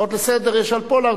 לסדר-היום על פולארד,